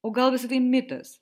o gal visa tai mitas